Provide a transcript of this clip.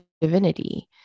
divinity